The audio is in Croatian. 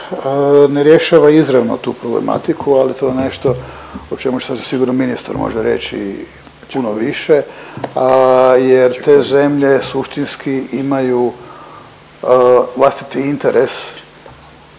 ne rješava izravno tu problematiku ali to je nešto o čemu će sigurno ministar možda reći puno više, a jer te zemlje suštinski imaju vlastiti interes